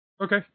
Okay